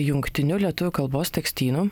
jungtiniu lietuvių kalbos tekstynu